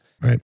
Right